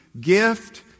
gift